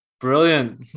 Brilliant